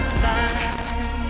side